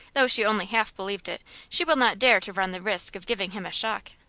though she only half believed it, she will not dare to run the risk of giving him a shock.